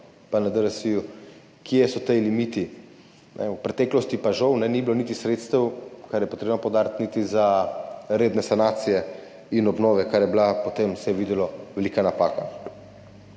izračunano, kje so ti limiti. V preteklosti pa žal ni bilo niti sredstev, kar je treba poudariti, za redne sanacije in obnove, kar je bila, potem se je videlo, velika napaka.